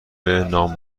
نام